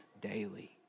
daily